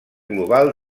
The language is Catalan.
global